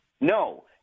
No